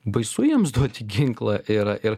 baisu jiems duoti ginklą yra ir